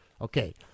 okay